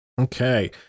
Okay